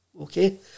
Okay